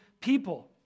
people